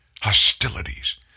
Hostilities